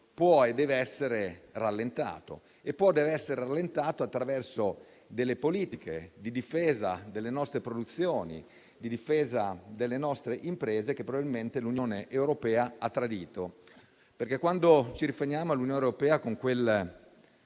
può e deve essere rallentato. Esso può e deve essere rallentato attraverso politiche di difesa delle nostre produzioni e delle nostre imprese, che probabilmente l'Unione europea ha tradito. Quando ci riferiamo all'Unione europea lo